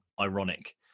Ironic